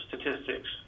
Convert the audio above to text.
statistics